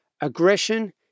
aggression